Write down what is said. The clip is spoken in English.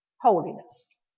holiness